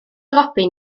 robin